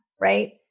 right